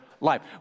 life